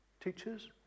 teachers